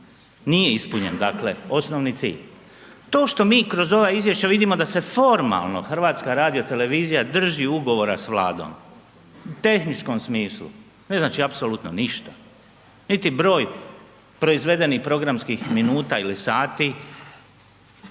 nije ispunjen osnovni cilj. To što mi kroz ova izvješća vidimo da se formalno HRT drži ugovora s Vladom u tehničkom smislu, ne znači apsolutno ništa, niti broj proizvedenih programskih minuta ili sati